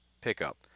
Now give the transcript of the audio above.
pickup